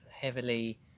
heavily